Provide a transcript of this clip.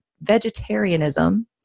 vegetarianism